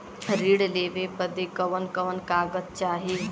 ऋण लेवे बदे कवन कवन कागज चाही?